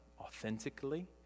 authentically